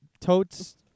Totes